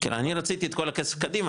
כי הרי אני רציתי את כל הכסף קדימה,